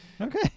Okay